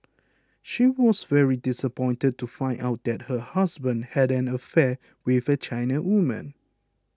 she was very disappointed to find out that her husband had an affair with a China woman